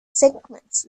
segments